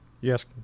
Yes